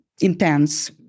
intense